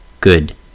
good